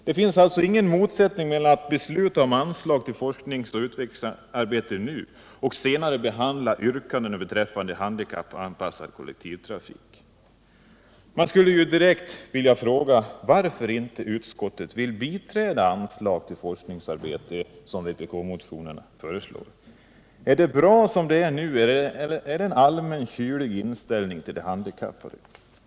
Det finns alltså ingen motsättning mellan att besluta om anslag till forskningsoch utvecklingsarbete nu och att senare behandla yrkanden beträffande handikappanpassad kollektivtrafik. Man skulle direkt vilja fråga varför utskottet inte vill biträda anslag till forskningsarbete, som vpk-motionen föreslår. Är det bra som det är nu, eller är det en allmänt kylig inställning till de handikappade?